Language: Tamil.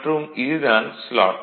மற்றும் இது தான் ஸ்லாட்